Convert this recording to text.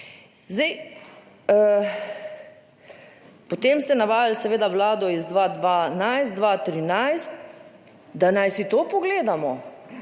Zdaj potem ste navajali seveda Vlado iz 2012, 2013, da naj si to pogledamo,